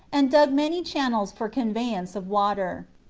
and dug many channels for conveyance of water.